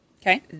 Okay